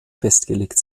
festgelegt